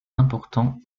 importants